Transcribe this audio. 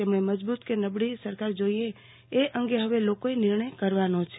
તેમણે મજબૂત કે નબળી સરકાર જોઇએ એ અંગે હવે લોકોએ નિર્ણય કરવાનો છે